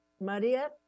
maria